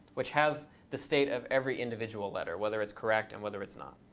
which has the state of every individual letter, whether it's correct, and whether it's not,